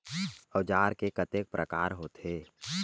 औजार के कतेक प्रकार होथे?